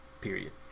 Period